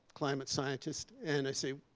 climate scientist, and i say,